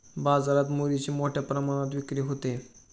बाजारात मुरीची मोठ्या प्रमाणात विक्री होते